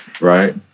Right